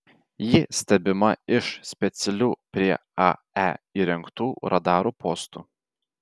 ji stebima iš specialių prie ae įrengtų radarų postų